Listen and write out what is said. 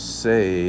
say